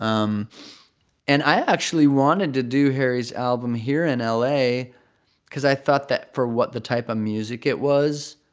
um and i actually wanted to do harry's album here in ah la because i thought that for what the type of music it was.